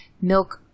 milk